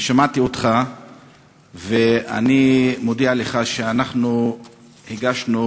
אני שמעתי אותך ואני מודיע לך שאנחנו הגשנו הצעה